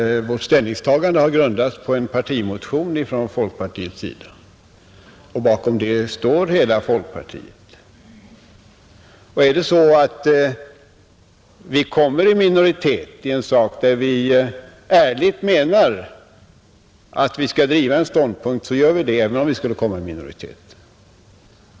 Vårt ställningstagande har grundats på en partimotion från folkpartiets sida, och bakom den står hela folkpartiet. Och är det så att vi i en fråga ärligt menar att vi skall driva en ståndpunkt, så gör vi det även om vi skulle komma i minoritet.